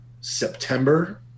september